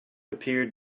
appeared